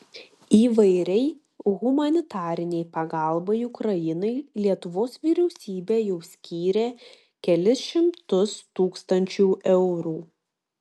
įvairiai humanitarinei pagalbai ukrainai lietuvos vyriausybė jau skyrė kelis šimtus tūkstančių eurų